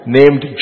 named